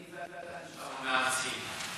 אני בעד, כן.